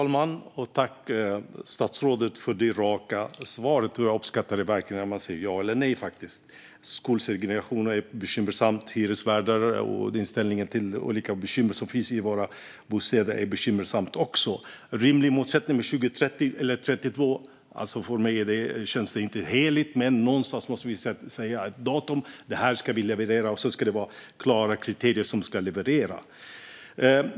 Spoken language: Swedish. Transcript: Herr talman! Tack, statsrådet, för det raka svaret! Jag uppskattar verkligen när man säger ja eller nej. Skolsegregationen är bekymmersam, och hyresvärdar och inställningen till olika bekymmer som finns i våra bostäder är också bekymmersamma. När det gäller om det är en rimlig målsättning med 2030 eller 2032 känns det inte heligt för mig, men vi måste säga ett datum för när vi ska leverera liksom klara kriterier för vad som ska levereras.